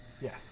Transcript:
Yes